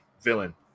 villain